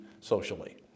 socially